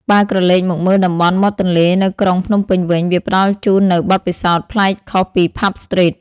បើក្រឡេកមកមើលតំបន់មាត់ទន្លេនៅក្រុងភ្នំពេញវិញ វាផ្តល់ជូននូវបទពិសោធន៍ប្លែកខុសពី Pub Street។